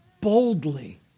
boldly